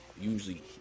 usually